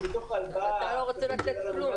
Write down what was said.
זה בתוך ההלוואה --- אז אתה לא רוצה לתת כלום.